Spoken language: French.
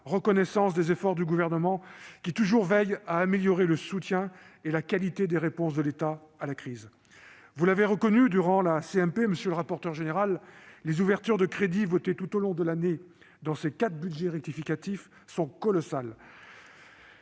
reconnaissance des efforts du Gouvernement, qui veille toujours à améliorer le soutien et la qualité des réponses de l'État à la crise. Comme vous l'avez reconnu durant la CMP, monsieur le rapporteur général, les ouvertures de crédits votées tout au long de l'année dans ces quatre budgets rectificatifs sont colossales,